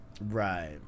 Right